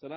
Så